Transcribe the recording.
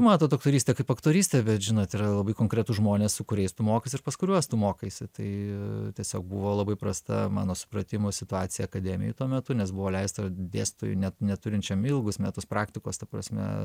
matot aktorystė kaip aktorystė bet žinot yra labai konkretūs žmonės su kuriais tu mokaisi ir pas kuriuos tu mokaisi tai tiesiog buvo labai prasta mano supratimu situacija akademijoj tuo metu nes buvo leista dėstytojui net neturinčiam ilgus metus praktikos ta prasme